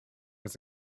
was